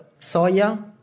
soya